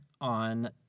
on